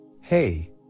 Hey